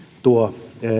tuo